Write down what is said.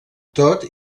tot